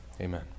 Amen